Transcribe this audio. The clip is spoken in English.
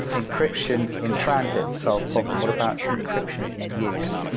encryption in-transit solve problem. what about encryption in use?